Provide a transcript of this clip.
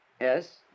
Yes